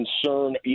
concern